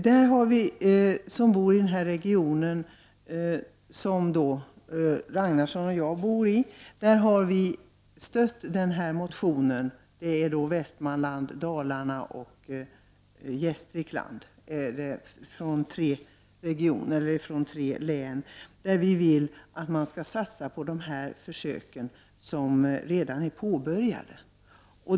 Jan-Olof Ragnarsson och jag har en gemensam motion där vi tar upp tre områden, Västmanland, Dalarna och Gästrikland. I motionen yrkar vi att man skall satsa på de försök som redan är påbörjade.